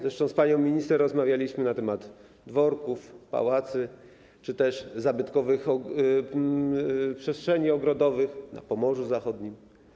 Zresztą z panią minister rozmawialiśmy na temat dworków, pałaców czy też zabytkowych przestrzeni ogrodowych na Pomorzu Zachodnim.